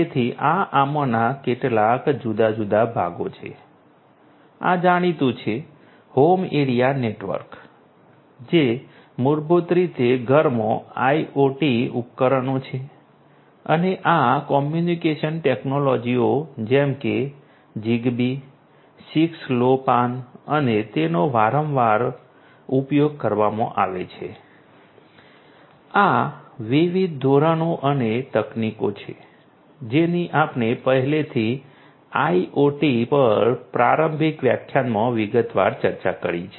તેથી આ આમાંના કેટલાક જુદા જુદા ભાગો છે આ જાણીતું છે હોમ એરિયા નેટવર્ક જે મૂળભૂત રીતે ઘરમાં IoT ઉપકરણો છે અને આ કોમ્યુનિકેશન ટેક્નોલોજીઓ જેમ કે Zigbee 6LowPan અને તેનો વારંવાર ઉપયોગ કરવામાં આવે છે અને આ વિવિધ ધોરણો અને તકનીકો છે જેની આપણે પહેલાથી IoT પર પ્રારંભિક વ્યાખ્યાનમાં વિગતવાર ચર્ચા કરી છે